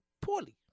Poorly